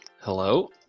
Hello